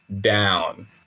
down